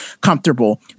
comfortable